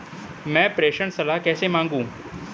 मैं प्रेषण सलाह कैसे मांगूं?